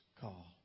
call